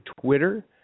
Twitter